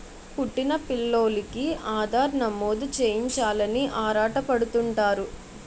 పుట్టిన పిల్లోలికి ఆధార్ నమోదు చేయించాలని ఆరాటపడుతుంటారు